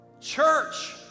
Church